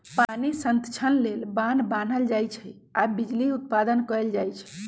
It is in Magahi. पानी संतक्षण लेल बान्ह बान्हल जाइ छइ आऽ बिजली उत्पादन कएल जाइ छइ